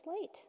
late